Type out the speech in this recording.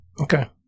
okay